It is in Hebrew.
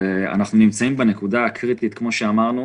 אנחנו נמצאים בנקודה קריטית, כמו שאמרנו.